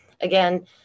Again